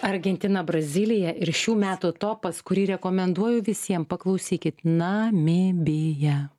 argentina brazilija ir šių metų topas kurį rekomenduoju visiem paklausykit namibija